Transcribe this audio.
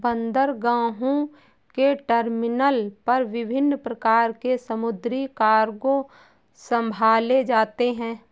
बंदरगाहों के टर्मिनल पर विभिन्न प्रकार के समुद्री कार्गो संभाले जाते हैं